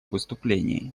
выступлении